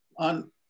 on